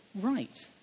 right